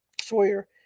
Sawyer